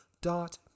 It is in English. dot